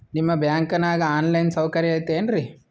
ನಿಮ್ಮ ಬ್ಯಾಂಕನಾಗ online ಸೌಕರ್ಯ ಐತೇನ್ರಿ?